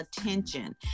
attention